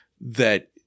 that-